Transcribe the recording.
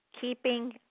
Keeping